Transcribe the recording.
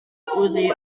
oddi